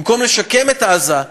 במקום לשקם את עזה,